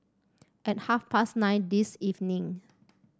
at half past nine this evening